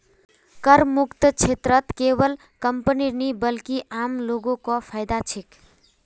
करमुक्त क्षेत्रत केवल कंपनीय नी बल्कि आम लो ग को फायदा छेक